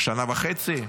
שנה וחצי,